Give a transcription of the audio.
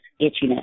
itchiness